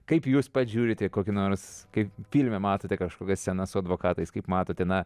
kaip jūs pats žiūrite į kokį nors kai filme matote kažkokia scena su advokatais kaip matote na